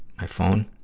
my phone